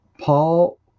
Paul